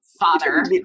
father